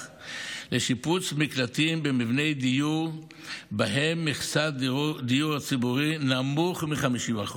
לשיפוץ מקלטים במבני דיור שבהם מכסת הדיור הציבורי נמוכה מ-50%.